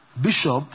Bishop